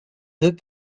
deux